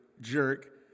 jerk